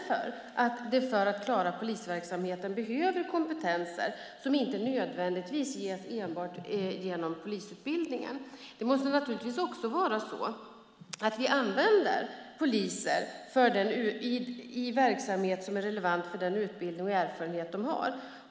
För att klara polisverksamheten behöver vi kompetenser som inte nödvändigtvis ges enbart genom polisutbildningen. Vi måste naturligtvis också använda poliser i verksamhet som är relevant för den utbildning och erfarenhet de har.